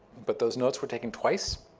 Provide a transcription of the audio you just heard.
but those notes were taken twice.